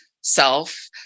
self